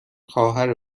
خواهر